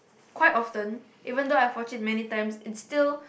quite often even though I've watched it many times it still